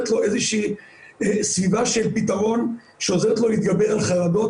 לו איזו שהיא סביבה של פתרון שעוזרת לו להתגבר על חרדות,